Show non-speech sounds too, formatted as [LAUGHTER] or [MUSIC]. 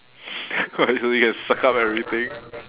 [NOISE] what you do you can suck up everything